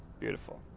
beautiful.